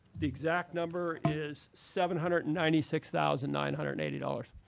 the exact number is seven hundred and ninety six thousand nine hundred and eighty dollars.